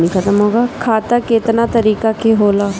खाता केतना तरीका के होला?